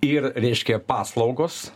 ir reiškia paslaugos